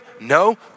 No